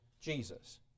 Jesus